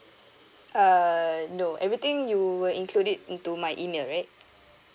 uh no everything you will include it into my email right